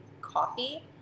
coffee